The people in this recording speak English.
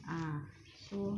ah so